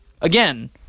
Again